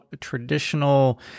traditional